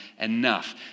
enough